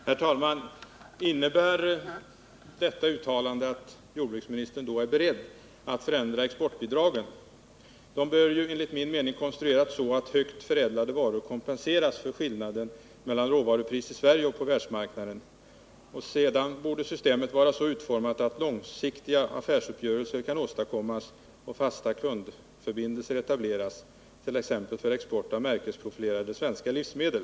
Herr talman! Innebär detta uttalande att jordbruksministern då är beredd att förändra exportbidragen? De bör enligt min mening konstrueras så att högt förädlade varor kompenseras för skillnader mellan råvarupris i Sverige och på världsmarknaden. Vidare borde systemet vara så utformat att långsiktiga affärsuppgörelser kan åstadkommas och fasta kundförbindelser etableras t.ex. för export av märkesprofilerade svenska livsmedel.